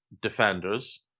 defenders